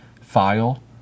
file